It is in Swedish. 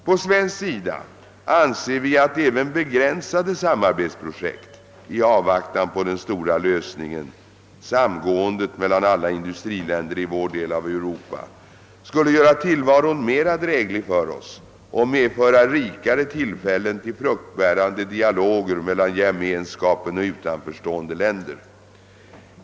På svensk sida anser vi att även begränsade samarbetsprojekt i avvaktan på den stora lösningen — samgåendet mellan alla industriländer i vår del av Europa — skulle göra tillvaron mera dräglig för oss och medföra rikare tillfällen till fruktbärande dialoger mellan Gemenskapen och utanförstående länder.